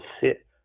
sit